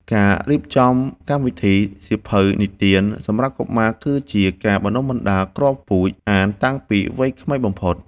ការរៀបចំកម្មវិធី សៀវភៅនិទាន សម្រាប់កុមារ គឺជាការបណ្ដុះគ្រាប់ពូជអានតាំងពីវ័យក្មេងបំផុត។